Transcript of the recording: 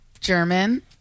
German